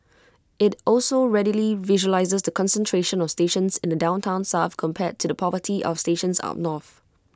IT also readily visualises the concentration of stations in the downtown south compared to the poverty of stations up north